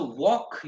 walk